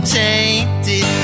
tainted